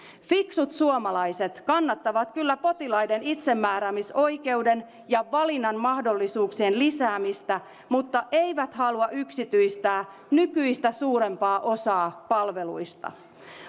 fiksut suomalaiset kannattavat kyllä potilaiden itsemääräämisoikeuden ja valinnanmahdollisuuksien lisäämistä mutta eivät halua yksityistää nykyistä suurempaa osaa palveluista